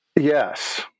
Yes